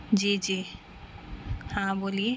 جی جی ہاں بولیے